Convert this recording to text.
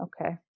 Okay